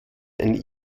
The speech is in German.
ein